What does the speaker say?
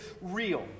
real